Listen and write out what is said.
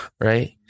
right